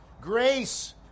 Grace